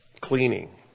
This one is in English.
Cleaning